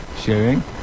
sharing